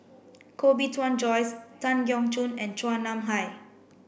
Koh Bee Tuan Joyce Tan Keong Choon and Chua Nam Hai